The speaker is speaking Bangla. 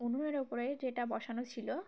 উনুনের ওপরে যেটা বসানো ছিল